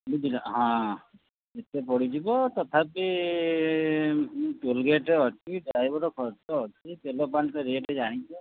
ବୁଝିଲ ହଁ ଏତେ ପଡ଼ିଯିବ ତଥାପି ଟୋଲ୍ ଗେଟ୍ ଅଛି ଡ୍ରାଇଭର ଖର୍ଚ୍ଚ ଅଛି ତେଲ ପାଣିର ରେଟ୍ ଜାଣିଛ